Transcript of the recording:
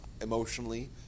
emotionally